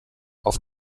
auf